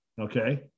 Okay